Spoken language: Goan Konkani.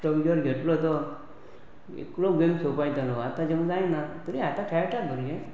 स्टायकर घेतलो तो एकलो गेम सोंपयतलो आतांच्यांक जायना तरी आतां खेळटात भुरगे